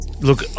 Look